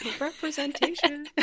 Representation